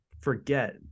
forget